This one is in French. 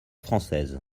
française